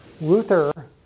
Luther